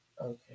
Okay